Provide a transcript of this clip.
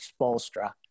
Spolstra